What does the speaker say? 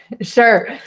Sure